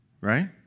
right